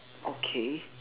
okay